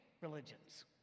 religions